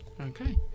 Okay